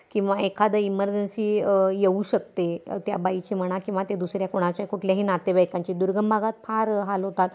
किंवा एखादं इमर्जन्सी येऊ शकते त्या बाईची म्हणा किंवा ते दुसऱ्या कोणाच्या कुठल्याही नातेवाईकांची दुर्गम भागात फार हाल होतात